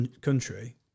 country